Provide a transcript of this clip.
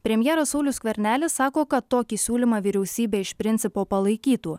premjeras saulius skvernelis sako kad tokį siūlymą vyriausybė iš principo palaikytų